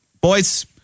boys